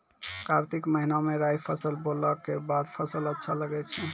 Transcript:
कार्तिक महीना मे राई फसल बोलऽ के बाद फसल अच्छा लगे छै